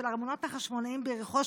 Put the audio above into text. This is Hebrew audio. ארמונות החשמונאים ביריחו,